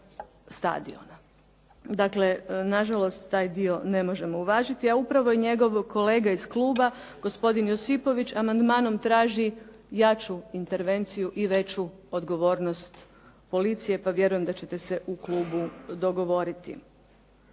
stadiona. Dakle, na žalost taj dio ne možemo uvažiti, a upravo i njegovog kolege iz kluba, gospodin Josipović amandmanom traži jaču intervenciju i veću odgovornost policije pa vjerujem da ćete se u klubu dogovoriti.